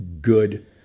good